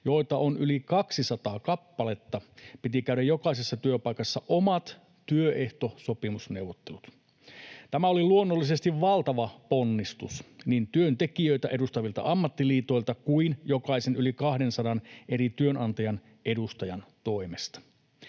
joita on yli 200 kappaletta, piti käydä jokaisessa omat työehtosopimusneuvottelut. Tämä oli luonnollisesti valtava ponnistus niin työntekijöitä edustavilta ammattiliitoilta kuin jokaisen yli 200 eri työnantajan edustajan toimesta.